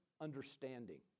understanding